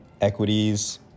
equities